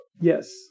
yes